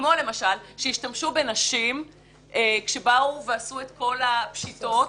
כשהשתמשו בנשים כשבאו ועשו את כל הפשיטות,